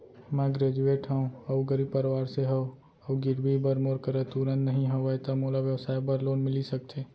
मैं ग्रेजुएट हव अऊ गरीब परवार से हव अऊ गिरवी बर मोर करा तुरंत नहीं हवय त मोला व्यवसाय बर लोन मिलिस सकथे?